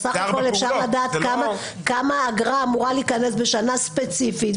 בסך הכול אפשר לדעת כמה אגרה אמורה להיכנס בשנה ספציפית,